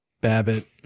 Babbitt